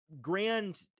grand